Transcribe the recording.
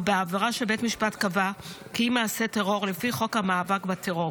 או בעבירה שבית משפט קבע כי היא מעשה טרור לפי חוק המאבק בטרור.